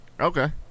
Okay